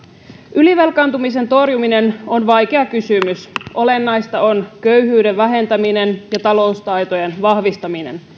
ylivelkaantumisen torjuminen on vaikea kysymys olennaista on köyhyyden vähentäminen ja taloustaitojen vahvistaminen